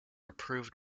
approved